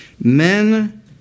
Men